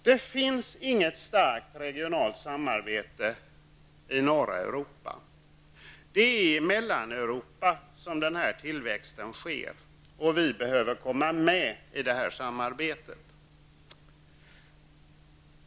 Det finns inget starkt regionalt samarbete i norra Europa, utan det är i Mellaneuropa som tillväxten sker. Vi behöver komma med i detta samarbete.